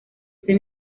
ese